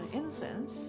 incense